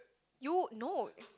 you no